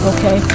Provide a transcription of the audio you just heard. Okay